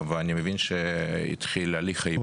אני מבין שהתחיל הליך.